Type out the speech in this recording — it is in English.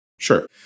Sure